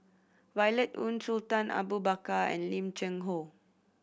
Violet Oon Sultan Abu Bakar and Lim Cheng Hoe